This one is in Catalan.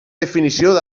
definició